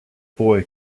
boy